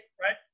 right